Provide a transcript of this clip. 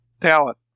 talent